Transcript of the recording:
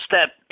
step